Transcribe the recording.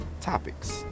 topics